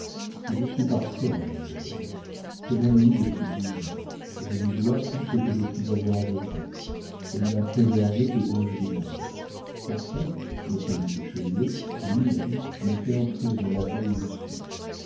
mais je suis partial mademoiselle c'est mon amie depuis dix ans je lui dois tout ce que je puis avoir de bon elle m'a préservé des dangers du monde enfin monsieur le duc de chaulieu lui-même m'a fait entrer dans la voie où je suis